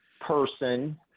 person